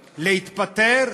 להתפטר,